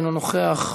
אינו נוכח,